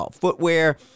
footwear